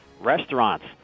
restaurants